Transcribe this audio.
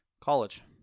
college